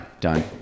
Done